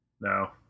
No